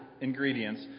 ingredients